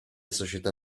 società